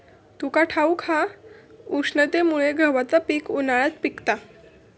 तुका ठाऊक हा, उष्णतेमुळे गव्हाचा पीक उन्हाळ्यात पिकता